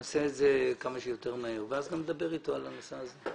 נעשה את זה כמה שיותר מהר ואז גם נדבר אתו על הנושא הזה.